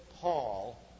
Paul